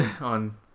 on